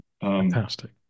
Fantastic